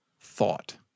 thought